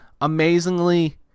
amazingly